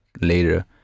later